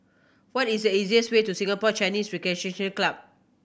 what is the easiest way to Singapore Chinese Recreation Club